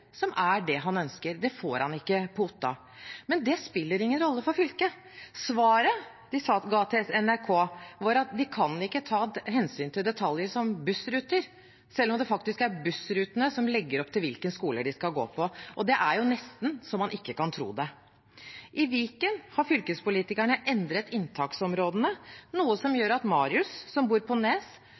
som er det han ønsker. Det får han ikke på Otta, men det spiller ingen rolle for fylket. Svaret de ga til NRK, var at de kan ikke ta hensyn til detaljer som bussruter, selv om det faktisk er bussrutene som legger opp til hvilken skole de skal gå på. Det er nesten så man ikke kan tro det. I Viken har fylkespolitikerne endret inntaksområdene, noe som gjør at Marius, som bor på Nes,